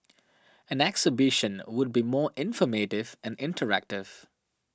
an exhibition would be more informative and interactive